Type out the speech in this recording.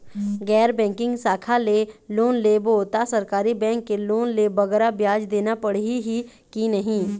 गैर बैंकिंग शाखा ले लोन लेबो ता सरकारी बैंक के लोन ले बगरा ब्याज देना पड़ही ही कि नहीं?